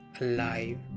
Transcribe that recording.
alive